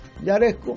yaresco